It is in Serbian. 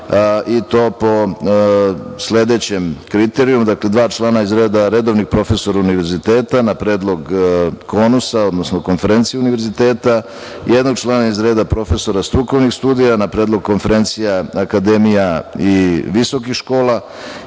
i to po sledećem kriterijumu. Dakle, dva člana iz reda redovnih profesora univerziteta na predlog KONUS-a, odnosno Konferencije univerziteta, jednog člana iz reda profesora strukovnih studija, na predlog konferencija akademija i visokih škola,